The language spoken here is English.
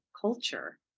culture